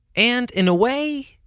and in a way,